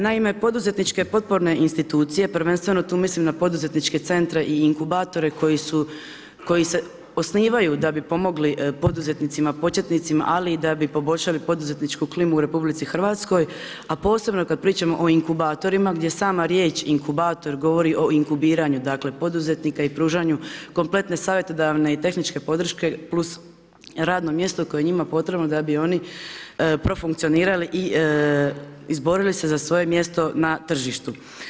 Naime, poduzetničke potporne institucije, prvenstveno tu mislim na poduzetničke centre i inkubatore, koji se osnivaju, da bi pomogli poduzetnicima početnicima, ali i da bi poboljšali poduzetničku klimu u Hrvatskoj, a posebno kad pričamo o inkubatorima, gdje sama riječ inkubator, govori o inkubiranja, dakle, poduzetnika i pružanju kompletne savjetodavne i tehničke podrške, plus radno mjesto koje je njima potrebno da bi oni profunkcionirali i izborili se za svoje mjesto na tržištu.